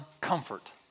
comfort